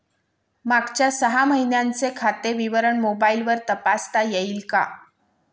मागच्या सहा महिन्यांचे खाते विवरण मोबाइलवर तपासता येईल का?